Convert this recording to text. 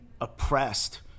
oppressed